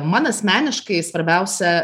man asmeniškai svarbiausia